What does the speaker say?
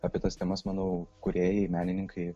apie tas temas manau kūrėjai menininkai